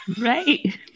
Right